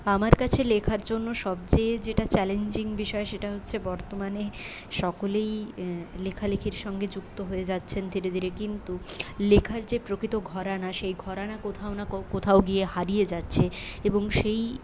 আমার কাছে লেখার জন্য সবচেয়ে যেটা চ্যালেঞ্জিং বিষয় সেটা হচ্ছে বর্তমানে সকলেই লেখালেখির সঙ্গে যুক্ত হয়ে যাচ্ছেন ধীরে ধীরে কিন্তু লেখার যে প্রকৃত ঘরানা সেই ঘরানা কোথাও না কোথাও গিয়ে হারিয়ে যাচ্ছে এবং সেই